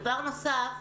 דבר נוסף.